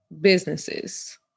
businesses